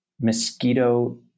mosquito